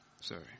sorry